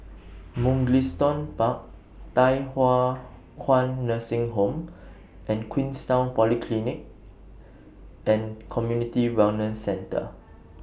Mugliston Park Thye Hua Kwan Nursing Home and Queenstown Polyclinic and Community Wellness Centre